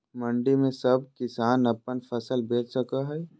मंडी में सब किसान अपन फसल बेच सको है?